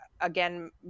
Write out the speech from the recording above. again